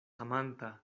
amanta